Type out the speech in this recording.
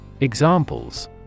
Examples